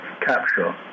capture